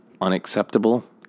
unacceptable